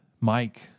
Mike